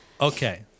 Okay